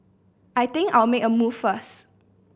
I think I'll make a move first